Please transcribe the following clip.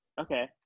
Okay